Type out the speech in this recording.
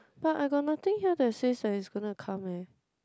but I got nothing here that says that he's gonna come eh